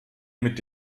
mit